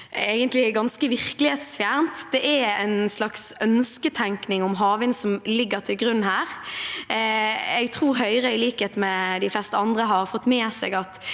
ganske virkelighetsfjernt. Det er en slags ønsketenkning om havvind som ligger til grunn. Jeg tror Høyre, i likhet med de fleste andre, har fått med seg at